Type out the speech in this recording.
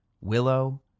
Willow